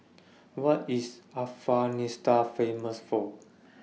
What IS Afghanistan Famous For